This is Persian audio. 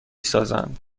سازند